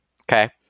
Okay